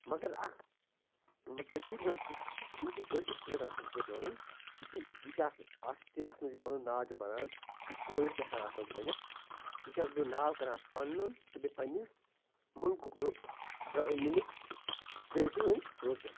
مگر اَکھ کٔشیٖرِ منٛز تہِ یِم تہِ کٲشِرۍ چھِ تگان اَصٕل پٲٹھۍ وَنُن یہِ چھِ یہِ چھِ اَکھ اَکھ چھِ اَتھ منٛز یہِ پَنُن ناو تہِ بَنان یہِ چھِ پویِٹ تہِ ہٮ۪کان اَتھ منٛز بٔنِتھ یہِ چھُ اَکھ بیٚیہِ ناو کَران پَنُن تہٕ بیٚیہِ پنٕنہِ مُلکُک ییٚمیُک سِٹیٹہِ ہُنٛد روشَن